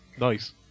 Nice